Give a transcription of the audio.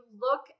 look